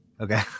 Okay